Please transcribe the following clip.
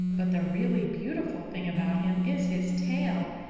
but the really beautiful thing about him is his tail.